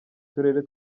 turere